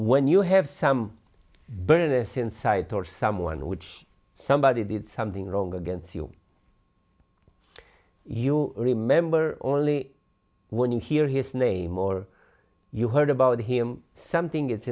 when you have some bonus insight or someone which somebody did something wrong against you you remember only when you hear his name or you heard about him something i